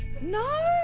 No